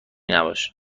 نباش